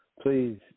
please